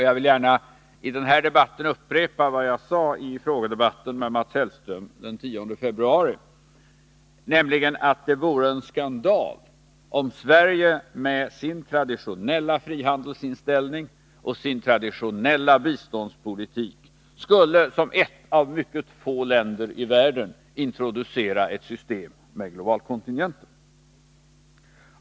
Jag vill gärna i den här debatten upprepa vad jag sade i frågedebatten med Mats Hellström den 10 februari; nämligen att det vore en skandal om Sverige med sin traditionella frihandelsinställning och sin traditionella biståndspolitik skulle som ett av mycket få länder i världen introducera ett system med globalkontingenter.